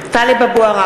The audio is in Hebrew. (קוראת בשמות חברי הכנסת) טלב אבו עראר,